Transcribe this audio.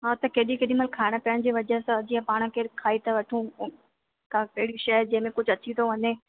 हा त केॾी केॾमहिल खाइण पीअण जी वजह सां जीअं पाण केरु खाई था वठूं का कहिड़ी शइ जंहिंमे कुझु अची थो वञे